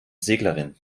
seglerin